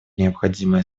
необходимое